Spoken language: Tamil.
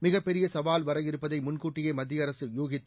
மிகப் பெரிய சவால் வரவிருப்பதை முன்கூட்டியே மத்திய அரசு ஊகித்து